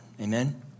amen